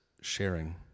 sharing